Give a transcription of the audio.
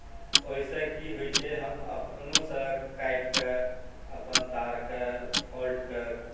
ओहिसँ की होइत छै हम अपनोसँ काटि कऽ अपन तारके फॉल्टकेँ